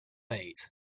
eight